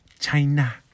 China